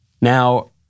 Now